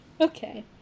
Okay